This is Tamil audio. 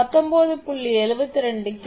722 கே